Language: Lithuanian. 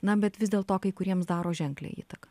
na bet vis dėlto kai kuriems daro ženklią įtaką